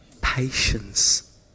patience